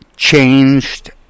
changed